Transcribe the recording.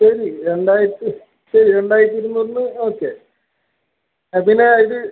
ശരി രണ്ടായിരത്തി ശരി രണ്ടായിരത്തി ഇരുന്നൂറിന് ഓക്കെ അ പിന്നെ ഇത്